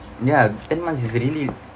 ya ten months is really